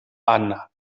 anna